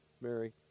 Mary